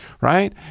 right